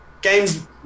games